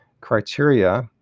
criteria